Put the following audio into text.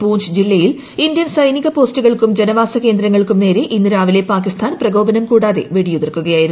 പൂഞ്ച് ജില്ലയിൽ ഇന്ത്യൻ സൈനീക പോസ്റ്റുകൾക്കും ജനവാസ കേന്ദ്രങ്ങൾക്കും നേരെ ഇന്ന് രാവിലെ പാകിസ്ഥാൻ പ്രകോപനം കൂടാതെ വെടിയുതിർക്കുകയായിരുന്നു